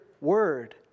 word